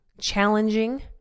challenging